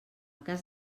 cas